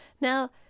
Now